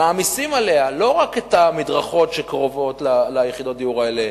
מעמיסים עליה לא רק את המדרכות שקרובות ליחידות דיור האלה,